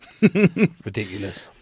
Ridiculous